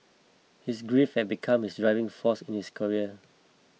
his grief had become his driving force in his career